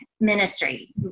ministry